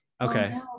Okay